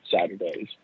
Saturdays